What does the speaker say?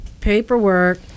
paperwork